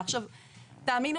של בעניין זה תחנת הכוח.